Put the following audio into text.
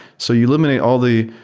so you eliminate all the